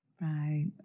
Right